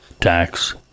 tax